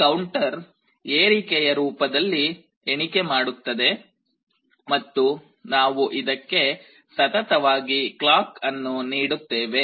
ಈ ಕೌಂಟರ್ ಏರಿಕೆ ರೂಪದಲ್ಲಿ ಎಣಿಕೆ ಮಾಡುತ್ತದೆ ಮತ್ತು ನಾವು ಇದಕ್ಕೆ ಸತತವಾಗಿ ಕ್ಲಾಕ್ ಅನ್ನು ನೀಡುತ್ತೇವೆ